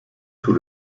sous